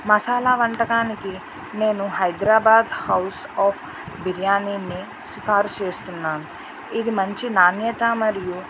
మసాల వంటకానికి నేను Hyderabad house of biryani సిఫార్సు చేస్తున్నాను ఇది మంచి నాణ్యత మరియు